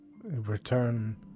return